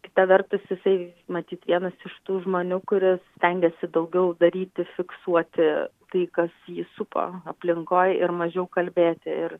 kita vertus jisai matyt vienas iš tų žmonių kuris stengėsi daugiau daryti fiksuoti tai kas jį supo aplinkoj ir mažiau kalbėti ir